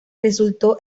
resultó